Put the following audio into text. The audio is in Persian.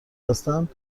هستند